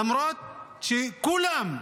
למרות שכולם,